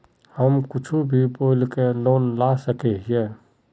हम कुछ भी बोल के लोन ला सके हिये?